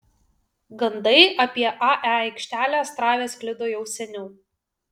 gandai apie ae aikštelę astrave sklido jau seniau